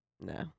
no